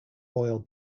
royal